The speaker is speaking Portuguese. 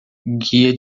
guia